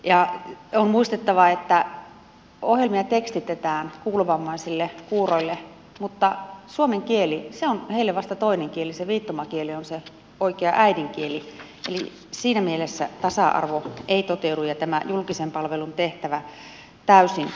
on muistettava että ohjelmia tekstitetään kuulovammaisille ja kuuroille mutta suomen kieli on heille vasta toinen kieli viittomakieli on se oikea äidinkieli eli siinä mielessä tasa arvo ei toteudu eikä tämän julkisen palvelun tehtävä täysin